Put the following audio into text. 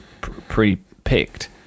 pre-picked